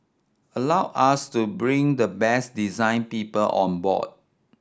allowed us to bring the best design people on board